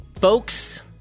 folks